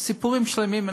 סיפורים שלמים.